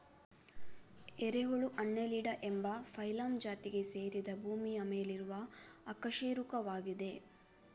ಎರೆಹುಳು ಅನ್ನೆಲಿಡಾ ಎಂಬ ಫೈಲಮ್ ಜಾತಿಗೆ ಸೇರಿದ ಭೂಮಿಯ ಮೇಲಿರುವ ಅಕಶೇರುಕವಾಗಿದೆ